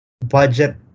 budget